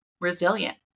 resilient